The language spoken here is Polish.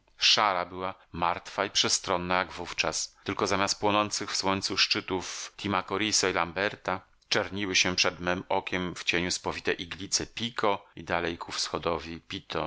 była martwa i przestrona jak wówczas tylko zamiast płonących w słońcu szczytów timocharisa i lamberta czerniły się przed mem okiem w cieniu spowite iglice pico i dalej ku wschodowi pitona